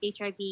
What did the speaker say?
HIV